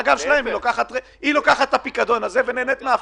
היא לוקחת את הפיקדון הזה ונהנית מההפקדות.